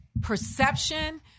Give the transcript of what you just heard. perception